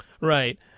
Right